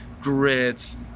grits